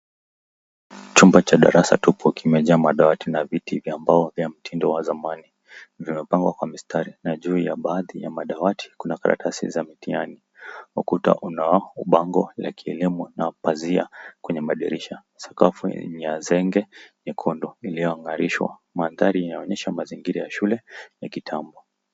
Chumba cha darasa tupu kimejaa madawati na viti vya mbao vya mtindo wa zamani. Vimepangwa kwa mistari na juu ya baadhi ya madawati kuna karatasi za mitihani. Ukuta una ubao wa kielimu na pazia kwenye madirisha. Sakafu ni ya zenge nyekundu iliyong'arishwa. Mandhari inaonyesha mazingira ya shule ya kitambo.